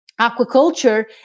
aquaculture